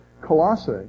Colossae